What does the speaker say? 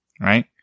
right